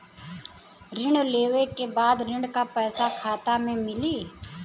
ऋण लेवे के बाद ऋण का पैसा खाता में मिली?